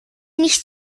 nicht